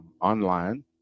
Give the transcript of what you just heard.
Online